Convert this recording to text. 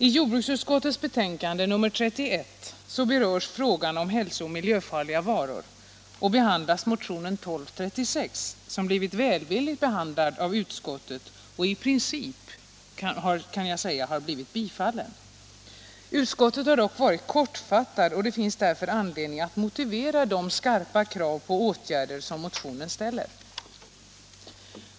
I jordbruksutskottets betänkande nr 31 berörs frågan om hälsooch miljöfarliga varor och behandlas motionen 1236, som blivit välvilligt behandlad av utskottet och i princip, kan man säga, har blivit bifallen. Utskottet har dock varit kortfattat, och det finns därför anledning att motivera de skarpa krav på åtgärder som motionen ställer.